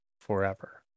forever